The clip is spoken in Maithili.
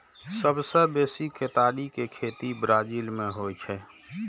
सबसं बेसी केतारी के खेती ब्राजील मे होइ छै